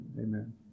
Amen